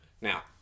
Now